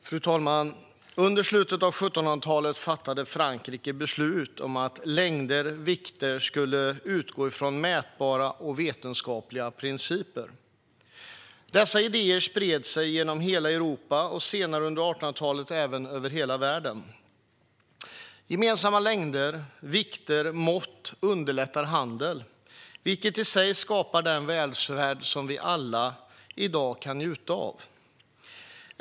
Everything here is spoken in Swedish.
Fru talman! I slutet av 1700-talet fattade Frankrike beslut om att längder och vikter skulle utgå från mätbara och vetenskapliga principer. Dessa idéer spred sig över hela Europa och senare under 1800-talet över hela världen. Gemensamma längder, vikter och mått underlättar handel, vilket i sig skapar den välfärd som vi alla i dag kan njuta av.